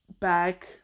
back